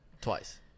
Twice